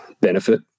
benefit